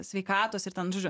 sveikatos ir ten žodžiu